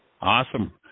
Awesome